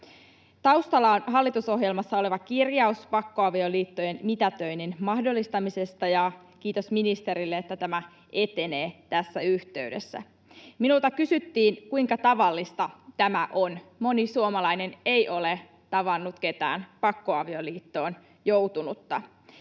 Taustalla on hallitusohjelmassa oleva kirjaus pakkoavioliittojen mitätöinnin mahdollistamisesta, ja kiitos ministerille, että tämä etenee tässä yhteydessä. Minulta kysyttiin, kuinka tavallista tämä on. Moni suomalainen ei ole tavannut ketään pakkoavioliittoon joutunutta.